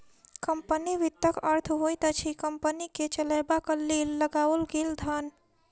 company वित्तक अर्थ होइत अछि कम्पनी के चलयबाक लेल लगाओल गेल धन